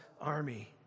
army